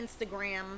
Instagram